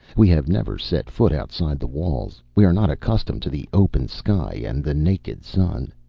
we have never set foot outside the walls. we are not accustomed to the open sky and the naked sun.